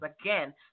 again